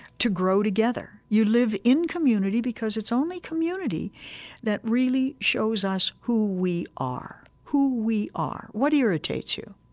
to grow together. you live in community because it's only community that really shows us who we are who we are, what irritates you,